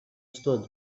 stood